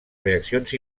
reaccions